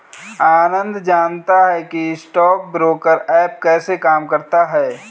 आनंद जानता है कि स्टॉक ब्रोकर ऐप कैसे काम करता है?